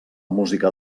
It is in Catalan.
música